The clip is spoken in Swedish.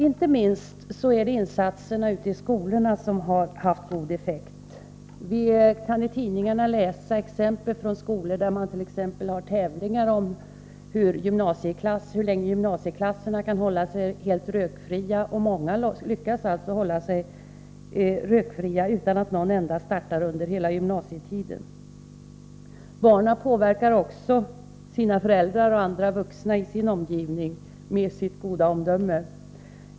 Inte minst har insatserna ute i skolorna haft god effekt. Vi kan i tidningarna läsa om skolor där man t.ex. har tävlingar om hur länge gymnasieklasserna kan hålla sig helt rökfria. Många lyckas hålla sig rökfria — utan att någon enda börjar röka — under hela gymnasietiden. Barnen påverkar också sina föräldrar och andra vuxna i sin omgivning med sitt goda omdöme.